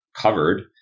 covered